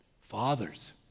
Fathers